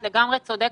את לגמרי צודקת.